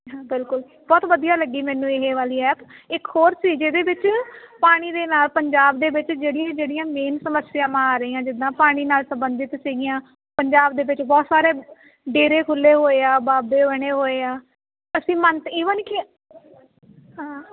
ਬਿਲਕੁਲ ਬਹੁਤ ਵਧੀਆ ਲੱਗੀ ਮੈਨੂੰ ਇਹ ਵਾਲੀ ਐਪ ਇੱਕ ਹੋਰ ਸੀ ਜਿਹਦੇ ਵਿੱਚ ਪਾਣੀ ਦੇ ਨਾਲ ਪੰਜਾਬ ਦੇ ਵਿੱਚ ਜਿਹੜੀਆਂ ਜਿਹੜੀਆਂ ਮੇਨ ਸਮੱਸਿਆਵਾਂ ਆ ਰਹੀਆਂ ਜਿੱਦਾਂ ਪਾਣੀ ਨਾਲ ਸੰਬੰਧਿਤ ਸੀਗੀਆਂ ਪੰਜਾਬ ਦੇ ਵਿੱਚ ਬਹੁਤ ਸਾਰੇ ਡੇਰੇ ਖੁੱਲ੍ਹੇ ਹੋਏ ਆ ਬਾਬੇ ਹੋਏ ਨੇ ਹੋਏ ਆ ਅਸੀਂ ਮੰਨ ਈਵਨ ਕਿ ਹਾਂ